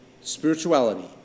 spirituality